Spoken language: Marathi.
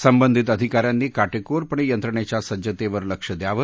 संबंधित अधिकाऱ्यांनी काटेकोरपणे यंत्रणेच्या सज्जतेवर लक्ष द्यावं